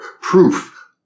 Proof